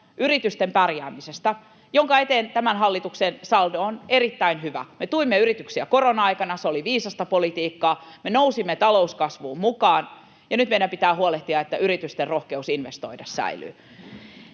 yritysten pärjäämisestä, jonka eteen tämän hallituksen saldo on erittäin hyvä. Me tuimme yrityksiä korona-aikana. Se oli viisasta politiikkaa. Me nousimme talouskasvuun mukaan, ja nyt meidän pitää huolehtia, että yritysten rohkeus investoida säilyy.